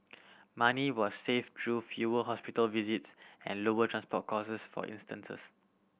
money was save through fewer hospital visits and lower transport costs for instances